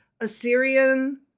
Assyrian